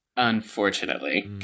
Unfortunately